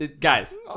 Guys